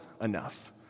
enough